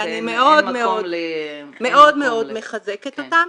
ואני מאוד מאוד מחזקת אותם.